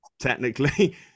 technically